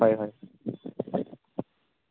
হয় হয়